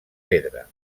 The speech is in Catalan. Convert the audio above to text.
pedra